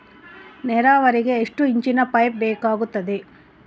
ನೇರಾವರಿಗೆ ಎಷ್ಟು ಇಂಚಿನ ಪೈಪ್ ಬೇಕಾಗುತ್ತದೆ?